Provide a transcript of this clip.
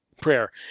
Prayer